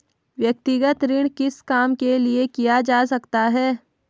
व्यक्तिगत ऋण किस काम के लिए किया जा सकता है?